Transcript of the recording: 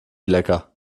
lecker